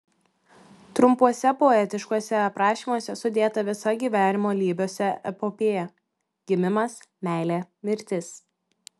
trumpuose poetiškuose aprašymuose sudėta visa gyvenimo lybiuose epopėja gimimas meilė mirtis